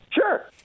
Sure